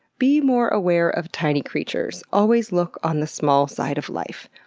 be more aware of tiny creatures. always look on the small side of life.